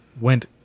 went